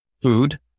food